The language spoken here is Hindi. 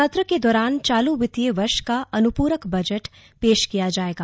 सत्र के दौरान चालू वित्तीय वर्ष का अनुपूरक बजट पेश किया जाएगा